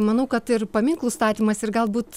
manau kad ir paminklų statymas ir galbūt